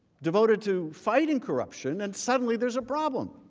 devoted to fighting corruption and suddenly there is a problem.